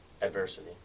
Adversity